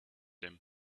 him